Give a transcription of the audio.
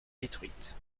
détruite